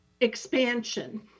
Expansion